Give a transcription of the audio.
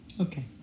Okay